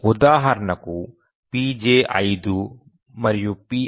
ఉదాహరణకు pj 5 మరియు pi 3